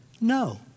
No